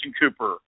Cooper